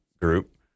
group